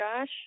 Josh